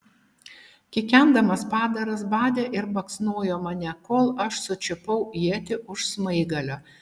kikendamas padaras badė ir baksnojo mane kol aš sučiupau ietį už smaigalio